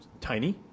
tiny